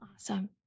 Awesome